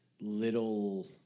little